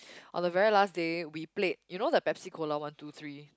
on the very last day we played you know the Pepsi Cola one two three